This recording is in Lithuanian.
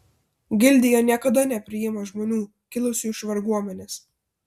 gildija niekada nepriima žmonių kilusių iš varguomenės